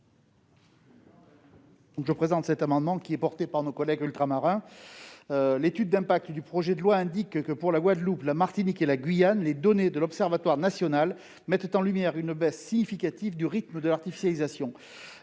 Cet amendement a été déposé par nos collègues ultramarins. L'étude d'impact de ce projet de loi indique que, pour la Guadeloupe, la Martinique et la Guyane, « les données de l'observatoire national de l'artificialisation mettent en lumière une baisse significative du rythme de l'artificialisation.